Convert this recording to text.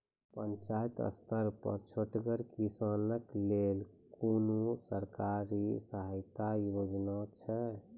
पंचायत स्तर पर छोटगर किसानक लेल कुनू सरकारी सहायता योजना छै?